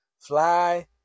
Fly